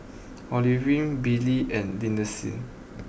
Olivine Billie and Lindsay